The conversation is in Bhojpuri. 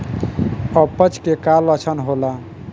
अपच के का लक्षण होला?